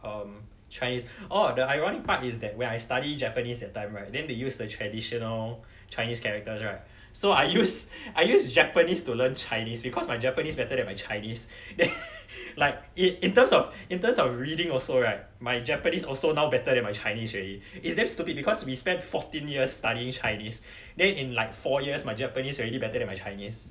urn chinese oh the ironic part is that when I study japanese that time right then they use the traditional chinese characters right so I use I use japanese to learn chinese because my japanese better than my chinese like in in terms of in terms of reading also right my japanese also now better than my chinese already it's damn stupid because we spent fourteen years studying chinese then in like four years my japanese already better than my chinese